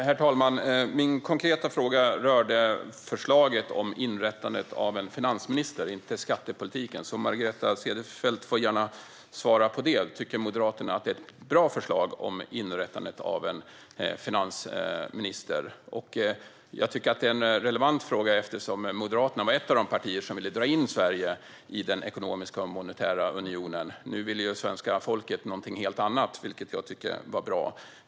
Herr talman! Min konkreta fråga rörde förslaget om inrättandet av en finansminister, inte skattepolitiken. Margareta Cederfelt får gärna svara på det. Tycker Moderaterna att förslaget om inrättandet av en finansminister för EU är ett bra förslag? Jag tycker att det är en relevant fråga eftersom Moderaterna var ett av de partier som ville dra in Sverige i den ekonomiska och monetära unionen. Nu ville ju svenska folket någonting helt annat, vilket jag tycker var bra.